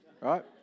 right